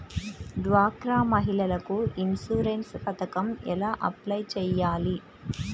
డ్వాక్రా మహిళలకు ఇన్సూరెన్స్ పథకం ఎలా అప్లై చెయ్యాలి?